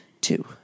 Two